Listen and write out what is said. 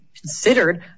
considered